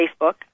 Facebook